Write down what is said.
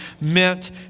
meant